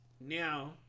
now